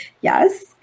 Yes